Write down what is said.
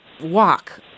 walk